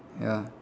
ya